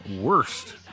worst